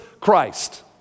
Christ